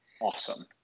Awesome